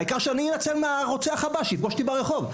העיקר שאני אנצל מהרוצח הפוטנציאלי הבא שיפגוש אותי ברחוב,